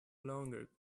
longer